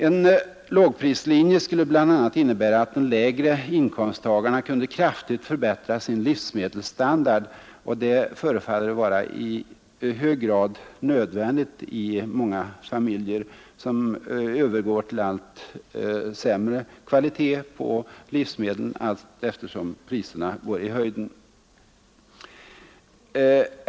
En lågprislinje skulle bl.a. innebära att de lägre inkomsttagarna kunde kraftigt förbättra sin livsmedelsstandard, och det förefaller vara i hög grad nödvändigt i många familjer som övergår till allt sämre kvalitet på livsmedlen allteftersom priserna går i höjden.